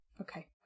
okay